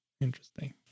interesting